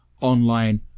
online